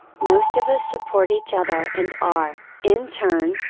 most of us support each other and are, in turn,